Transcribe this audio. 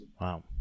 Wow